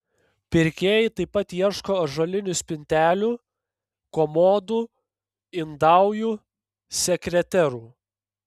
pirkėjai taip pat ieško ąžuolinių spintelių komodų indaujų sekreterų